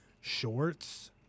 shorts